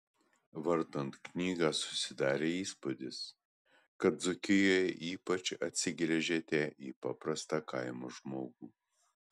vartant knygą susidarė įspūdis kad dzūkijoje ypač atsigręžėte į paprastą kaimo žmogų